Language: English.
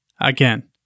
Again